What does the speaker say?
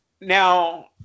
Now